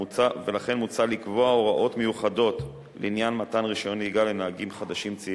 מוצע לקבוע הוראות מיוחדות לעניין מתן רשיון נהיגה לנהגים חדשים צעירים.